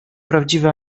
prawdziwy